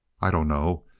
i don't know.